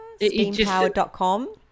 SteamPower.com